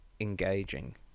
engaging